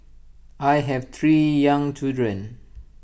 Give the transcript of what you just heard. I have three young children